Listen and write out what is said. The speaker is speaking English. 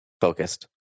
focused